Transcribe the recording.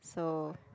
so